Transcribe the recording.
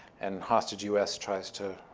and hostage us tries to